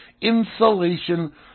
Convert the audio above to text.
insulation